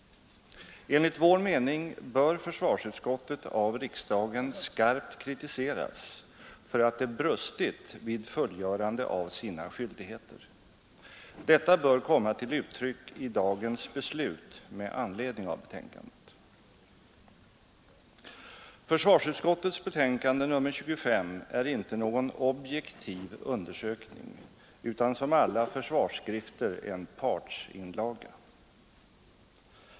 Enligt vår mening bör försvarsutskottet av riksdagen skarpt kritiseras för att det brustit vid fullgörandet av sina skyldigheter. Detta bör komma till uttryck i dagens beslut med anledning av betänkandet. Försvarsutskottets betänkande nr 25 är inte någon objektiv undersökning utan som alla försvarsskrifter en partsinlaga.